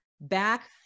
back